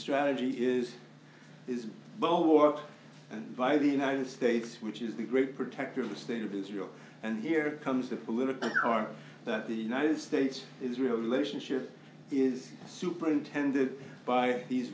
strategy is is both war and by the united states which is the great protector of the state of israel and here comes the political are that the united states is relationship is superintended by these